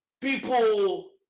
people